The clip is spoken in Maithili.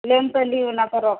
लेब तऽ लियऽ नहि तऽ राखू